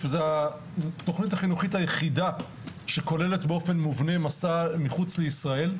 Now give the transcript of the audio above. הוא התוכנית החינוכית היחידה שכוללת באופן מובנה מסע מחוץ לישראל,